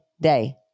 Day